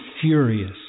furious